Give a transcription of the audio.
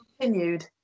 continued